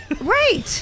Right